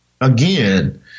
again